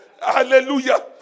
Hallelujah